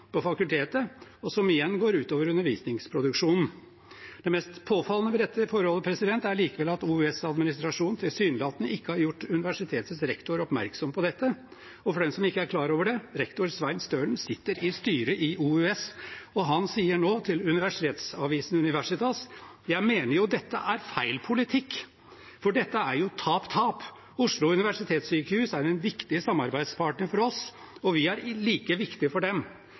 på fakultetet, som igjen går ut over undervisningsproduksjonen. Det mest påfallende ved dette forholdet er likevel at OUS-administrasjonen tilsynelatende ikke har gjort universitetets rektor oppmerksom på dette. Og for den som ikke er klar over det: Rektor Svein Stølen sitter i styret i OUS. Han sier nå til universitetsavisen Universitas: «Jeg mener jo at dette er feil politikk, for dette er jo tap-tap. Oslo universitetssykehus er en ekstremt viktig samarbeidspartner for oss, og vi er viktige for dem.